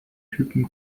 typen